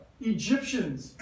Egyptians